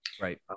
right